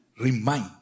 remind